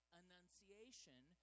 Annunciation